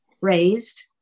raised